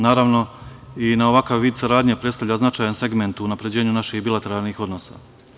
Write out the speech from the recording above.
Naravno, i ovakav vid saradnje predstavlja značajan segment u unapređenju naših bilateralnih odnosa.